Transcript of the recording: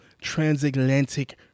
Transatlantic